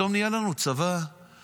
פתאום נהיה לנו צבא חרדי.